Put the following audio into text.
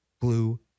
Blue